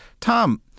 Tom